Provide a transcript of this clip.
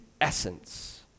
essence